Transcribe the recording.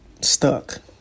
stuck